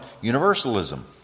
universalism